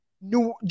New